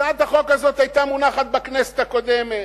הצעת החוק הזאת היתה מונחת בכנסת הקודמת,